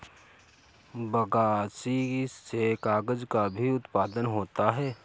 बगासी से कागज़ का भी उत्पादन होता है